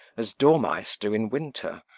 as dormice do in winter.